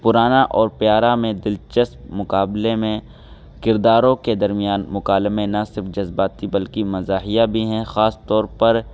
پرانا اور پیارا میں دلچسپ مقابلے میں کرداروں کے درمیان مکالمے نہ صرف جذباتی بلکہ مزاحیہ بھی ہیں خاص طور پر